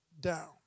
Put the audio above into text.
down